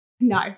No